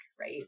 right